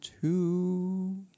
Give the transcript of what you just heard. two